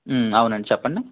అవునండి చెప్పండి